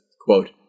quote